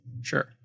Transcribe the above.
Sure